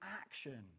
action